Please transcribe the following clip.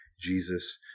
Jesus